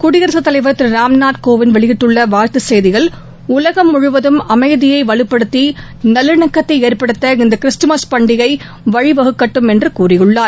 குடியரசுத் தலைவர் திரு ராம்நாத் கோவிந்த் வெளியிட்டுள்ள வாழ்த்து செய்தியில் உலகம் முழுவதும் அமைதியை வலுப்படுத்தி நல்லினக்கத்தை ஏற்படுத்த இந்த கிறிஸ்துமஸ் பண்டிகை வழி வகுக்கட்டும் என்று கூறியுள்ளார்